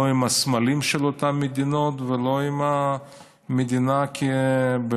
לא עם הסמלים של אותן מדינות ולא עם המדינה כריבון.